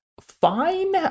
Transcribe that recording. fine